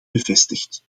bevestigd